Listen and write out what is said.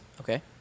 Okay